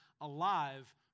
alive